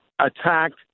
attacked